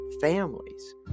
families